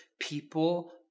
people